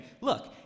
look